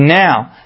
now